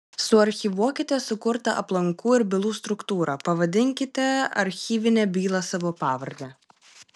suarchyvuokite sukurtą aplankų ir bylų struktūrą pavadinkite archyvinę bylą savo pavarde